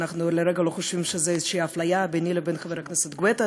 אנחנו לרגע לא חושבים שזו איזושהי אפליה ביני לבין חבר הכנסת גואטה.